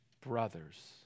brothers